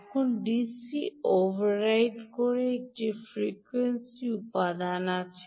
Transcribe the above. এবং DC override করে একটি ফ্রিকোয়েন্সি উপাদান আছে